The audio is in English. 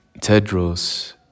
Tedros